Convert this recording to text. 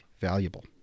valuable